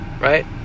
right